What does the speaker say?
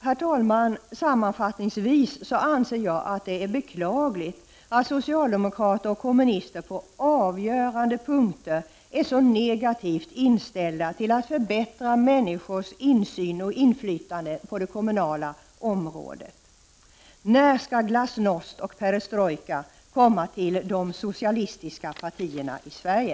Herr talman! Sammanfattningsvis anser jag att det är beklagligt att socialdemokrater och kommunister på avgörande punkter är så negativt inställda till att förbättra människors insyn och inflytande på det kommunala området. När skall glasnost och perestrojka komma till de socialistiska partierna i Sverige?